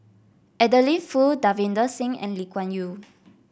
Adeline Foo Davinder Singh and Lee Kuan Yew